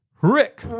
Rick